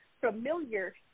familiar